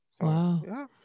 wow